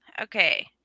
okay